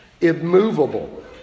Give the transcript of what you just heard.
immovable